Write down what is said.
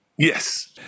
Yes